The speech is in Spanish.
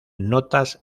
notas